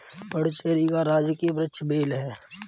पुडुचेरी का राजकीय वृक्ष बेल है